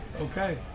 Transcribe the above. Okay